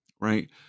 right